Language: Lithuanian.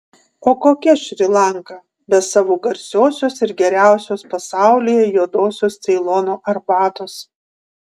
o kokia šri lanka be savo garsiosios ir geriausios pasaulyje juodosios ceilono arbatos